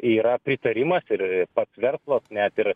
yra pritarimas ir pats verslas net ir